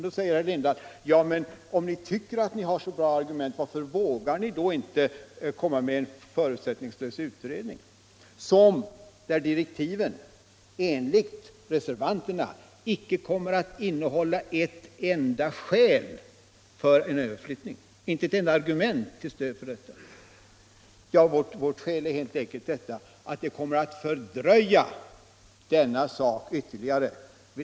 Då säger herr Lindahl: Ja, men om ni tycker att ni har så bra argument, varför vågar ni då inte vara med om en förutsättningslös utredning — där direktiven enligt reservanterna icke kommer att innehålla ett enda argument till stöd för överflyttning? Vårt skäl är helt enkelt att det kommer att fördröja denna sak ytterligare.